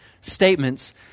statements